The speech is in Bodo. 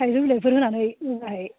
थाइजौ बिलाइफोर होनानै